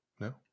No